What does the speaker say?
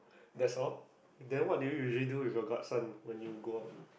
that's all then what do you usually do with your godson when you go out